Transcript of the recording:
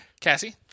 Cassie